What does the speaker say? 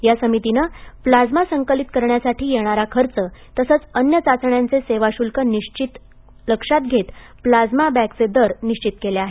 या समितीनं प्लाझ्मा संकलित करण्यासाठी येणारा खर्च तसंच अन्य चाचण्यांचे सेवा शुल्क लक्षात घेत प्लाझ्मा बॅगचे दर निश्वित केले आहेत